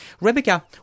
Rebecca